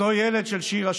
של שירה,